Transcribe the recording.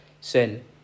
sin